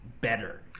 better